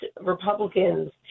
Republicans